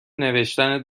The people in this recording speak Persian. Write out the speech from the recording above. نوشتن